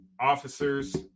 officers